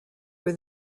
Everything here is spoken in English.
were